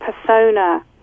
persona